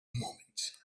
moments